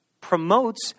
promotes